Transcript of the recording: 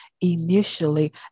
initially